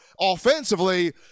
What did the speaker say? offensively